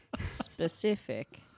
Specific